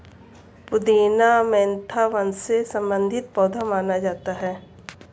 पुदीना मेंथा वंश से संबंधित पौधा माना जाता है